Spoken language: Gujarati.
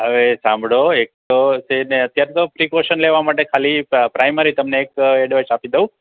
અવે સાંભળો એક તો છે ને અત્યારે તો પ્રીકોશન લેવા માટે ખાલી પ્રાઇમરી તમને એક ઍડવાઈસ આપી દઉં